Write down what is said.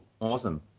Awesome